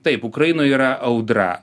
taip ukrainoj yra audra